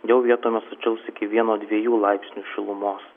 jau vietomis sušils iki vieno dviejų laipsnių šilumos